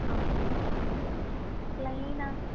okay ப்ளைனாக